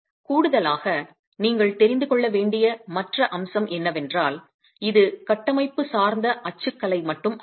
கூடுதலாக நீங்கள் தெரிந்து கொள்ள வேண்டிய மற்ற அம்சம் என்னவென்றால் இது கட்டமைப்பு சார்ந்த அச்சுக்கலை மட்டும் அல்ல